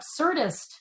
absurdist